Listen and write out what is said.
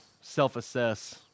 self-assess